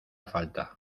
falta